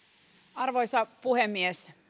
arvoisa puhemies